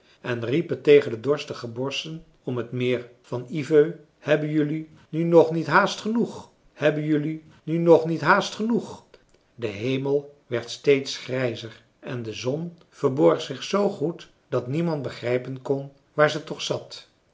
en riepen tegen de dorstige bosschen om het meer van ivö hebben jelui nu nog niet haast genoeg hebben jelui nu nog niet haast genoeg de hemel werd steeds grijzer en de zon verborg zich zoo goed dat niemand begrijpen kon waar ze toch zat